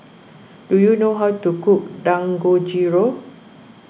do you know how to cook Dangojiru